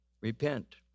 Repent